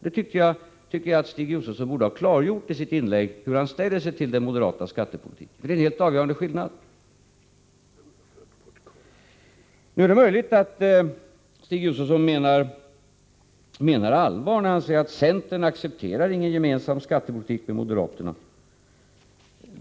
Jag tycker att Stig Josefson i sitt inlägg borde ha klargjort hur han ställer sig till den moderata skattepolitiken, för det är en helt avgörande skillnad därvidlag. Det är möjligt att Stig Josefson menar allvar när han säger, att centern accepterar ingen gemensam skattepolitik med moderaterna.